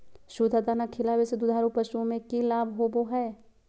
सुधा दाना खिलावे से दुधारू पशु में कि लाभ होबो हय?